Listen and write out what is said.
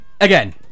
again